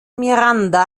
miranda